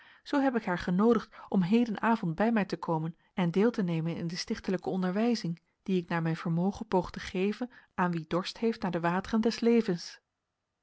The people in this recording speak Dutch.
zoo heb ik haar genoodigd om hedenavond bij mij te komen en deel te nemen in de stichtelijkt onderwijzing die ik naar mijn vermogen poog te geven aan wie dorst heeft naar de wateren des levens